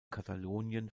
katalonien